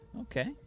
Okay